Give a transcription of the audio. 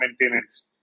maintenance